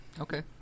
Okay